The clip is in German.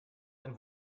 ein